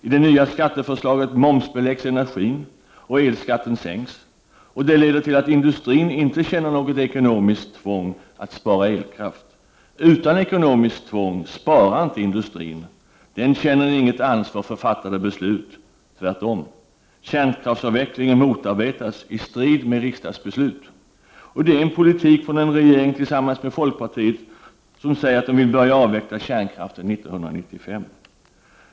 I det nya skatteförslaget momsbeläggs energin och elskatten sänks, och det leder till att industrin inte känner något ekonomiskt tvång att spara elkraft. Utan ekonomiskt tvång sparar inte industrin — den känner inget ansvar för fattade beslut, tvärtom. Kärnkraftsavvecklingen motarbetas i strid med riksdagens beslut. Detta är en politik från en regering tillsammans med folkpartiet som säger att den vill börja avveckla kärnkraften 1995.